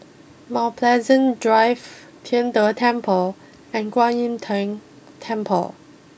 Mount Pleasant Drive Tian De Temple and Kwan Im Tng Temple